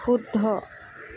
শুদ্ধ